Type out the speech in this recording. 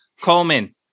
coleman